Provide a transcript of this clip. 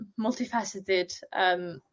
multifaceted